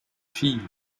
filles